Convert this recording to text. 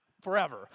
forever